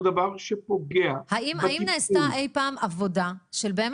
הוא דבר שפוגע האם נעשתה אי פעם עבודה לבדוק